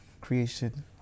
creation